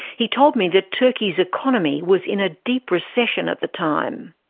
he told me that turkey's economy was in a deep recession at the time.